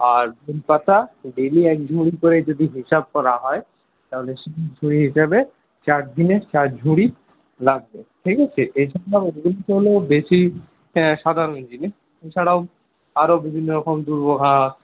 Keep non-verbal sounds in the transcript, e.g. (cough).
আর বেলপাতা ডেলি এক ঝুড়ি করে যদি হিসাব করা হয় তাহলে (unintelligible) (unintelligible) চারদিনের চার ঝুড়ি লাগবে ঠিক আছে এজন্য (unintelligible) বেশি সাধারণ জিনিস এছাড়াও আরও বিভিন্ন রকম দুর্ব ঘাস